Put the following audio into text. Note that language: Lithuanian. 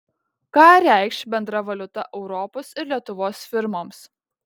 ką reikš bendra valiuta europos ir lietuvos firmoms